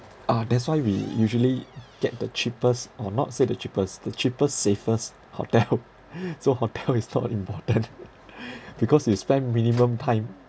a'ah that's why we usually get the cheapest or not say the cheapest the cheapest safest hotel so hotel is not important because we spend minimum time